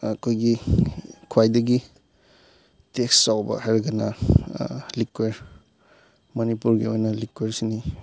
ꯑꯩꯈꯣꯏꯒꯤ ꯈ꯭ꯋꯥꯏꯗꯒꯤ ꯇꯦꯛꯁ ꯆꯥꯎꯕ ꯍꯥꯏꯔꯒꯅ ꯂꯤꯛꯀꯔ ꯃꯅꯤꯄꯨꯔꯒꯤ ꯑꯣꯏꯅ ꯂꯤꯛꯀꯔꯁꯤꯅꯤ